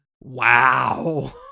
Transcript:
Wow